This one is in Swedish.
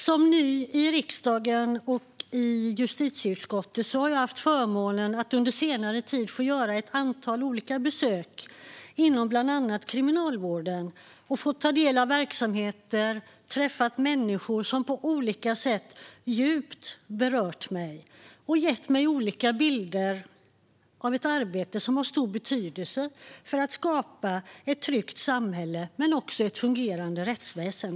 Som ny i riksdagen och i justitieutskottet har jag haft förmånen att under senare tid få göra ett antal olika besök inom bland annat Kriminalvården och fått ta del av verksamheter och träffat människor som på olika sätt berört mig djupt och gett mig olika bilder av ett arbete som har stor betydelse för att skapa ett tryggt samhälle men också ett fungerande rättsväsen.